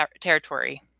territory